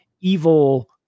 evil